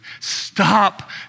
Stop